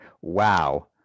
Wow